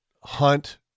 hunt